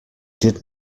did